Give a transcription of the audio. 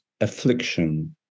affliction